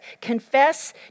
confess